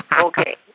Okay